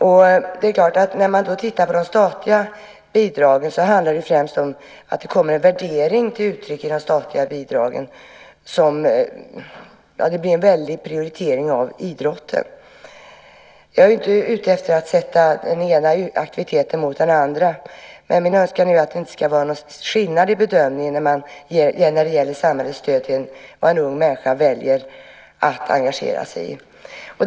Och det är klart att när man då tittar på de statliga bidragen handlar det främst om att det kommer en värdering till uttryck i de statliga bidragen. Det blir en väldig prioritering av idrotten. Jag är inte ute efter att sätta den ena aktiviteten mot den andra, men min önskan är att det inte ska vara någon skillnad i bedömningen när det gäller samhällets stöd till vad en ung människa väljer att engagera sig i.